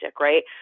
right